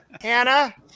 Hannah